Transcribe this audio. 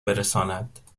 برساند